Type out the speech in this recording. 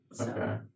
Okay